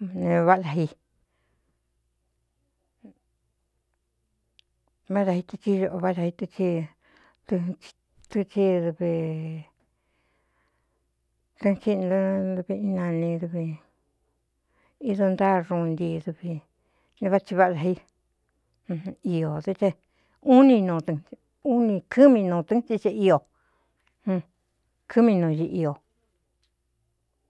onváꞌá daí váꞌádā itɨtsí oꞌo váꞌáda itɨ si dɨtɨ tsí dvi kɨꞌɨn kíꞌi nto dvi inani duvi idu ntáa ruun ntii duvi ne váthi váꞌá dā í iō dɨ tɨ u ni nuɨn u ni kɨ́mi nuu tɨ́n tsí ce ío kɨmi nuu ñi iō.